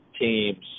teams